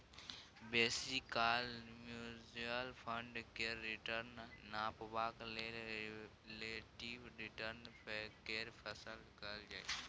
बेसी काल mutual fund केर रिटर्न नापबाक लेल रिलेटिब रिटर्न केर फैसला कएल जाइ छै